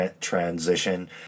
transition